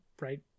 right